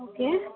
okay